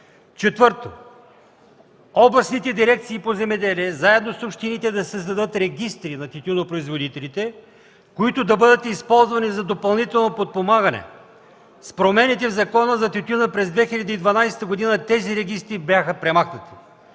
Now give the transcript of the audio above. Четвърто, областните дирекции по земеделие, заедно с общините, да създадат регистри на тютюнопроизводителите, които да бъдат използвани за допълнително подпомагане. С промените в Закона за тютюна през 2012 г. тези регистри бяха премахнати.